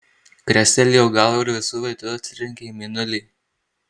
krestelėjo galvą ir visu veidu atsitrenkė į mėnulį